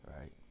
Right